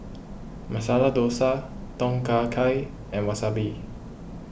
Masala Dosa Tom Kha Gai and Wasabi